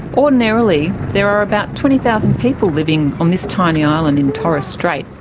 ordinarily there are about twenty thousand people living on this tiny island in torres strait,